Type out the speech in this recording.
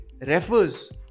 refers